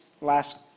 last